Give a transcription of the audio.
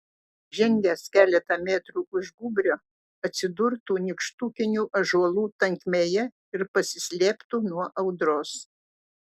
žengęs keletą metrų už gūbrio atsidurtų nykštukinių ąžuolų tankmėje ir pasislėptų nuo audros